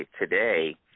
today